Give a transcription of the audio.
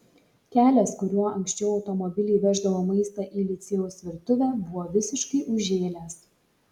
kelias kuriuo anksčiau automobiliai veždavo maistą į licėjaus virtuvę buvo visiškai užžėlęs